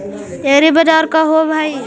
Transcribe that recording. एग्रीबाजार का होव हइ?